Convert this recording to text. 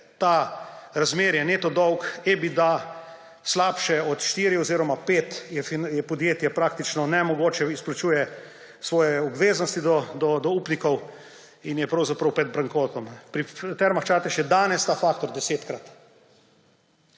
to razmerje neto dolg EBITDA slabše od 4 oziroma 5, je podjetje praktično onemogočeno, izplačuje svoje obveznosti do upnikov in je pravzaprav pred bankrotom. Pri Termah Čatež je danes ta faktor desetkrat.